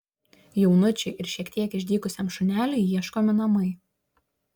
jaunučiui ir šiek tiek išdykusiam šuneliui ieškomi namai